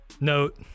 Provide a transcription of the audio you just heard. note